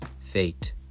Fate